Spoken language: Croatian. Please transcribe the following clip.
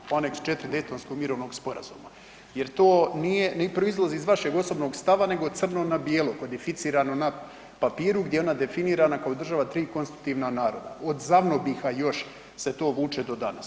Daytonskog mirovnog sporazuma jer to nije, ne proizlazi iz vašeg osobnog stava nego crno na bijelo kodificirano na papiru gdje je ona definirana kao država tri konstitutivna naroda od ZAVNOBIH-a još se to vuče do danas.